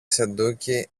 σεντούκι